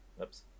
Oops